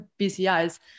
BCIs